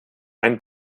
ein